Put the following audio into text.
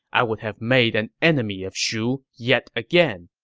i would have made an enemy of shu yet again.